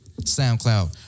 SoundCloud